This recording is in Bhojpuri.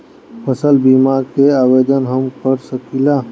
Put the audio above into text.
फसल बीमा के आवेदन हम कर सकिला?